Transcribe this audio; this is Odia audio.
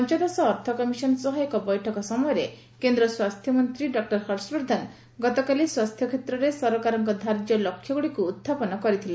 ପଞ୍ଚଦଶ ଅର୍ଥ କମିଶନ ସହ ଏକ ବୈଠକ ସମୟରେ କେନ୍ଦ୍ର ସ୍ୱାସ୍ଥ୍ୟମନ୍ତ୍ରୀ ଡକ୍କର ହର୍ଷବର୍ଦ୍ଧନ ଗତକାଲି ସ୍ୱାସ୍ଥ୍ୟକ୍ଷେତ୍ରରେ ସରକାରଙ୍କ ଧାର୍ଯ୍ୟ ଲକ୍ଷ୍ୟଗୁଡ଼ିକୁ ଉହ୍ଚାପନ କରିଥିଲେ